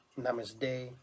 Namaste